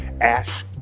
Ash